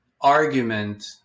argument